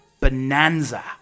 Bonanza